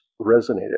resonated